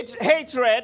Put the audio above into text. Hatred